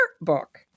book